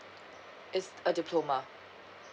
it's a diploma